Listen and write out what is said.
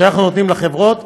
שאנחנו נותנים לחברות,